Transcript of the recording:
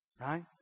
right